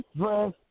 dress